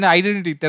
identity